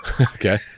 Okay